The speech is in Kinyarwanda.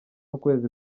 ukwezi